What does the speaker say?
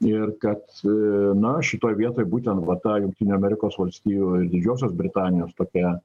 ir kad na šitoj vietoj būtent va ta jungtinių amerikos valstijų ir didžiosios britanijos tokia